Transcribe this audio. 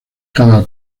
cada